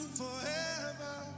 forever